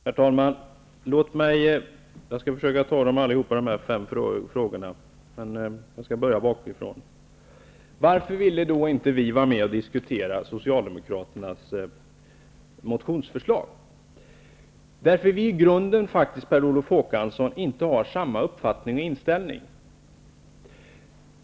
Herr talman! Jag skall försöka besvara alla dessa fem frågor, men jag skall börja bakifrån. Varför ville vi inte vara med och diskutera socialdemokraternas motionsförslag? Därför att vi i grunden faktiskt, Per Olof Håkansson, inte har samma uppfattning och inställning.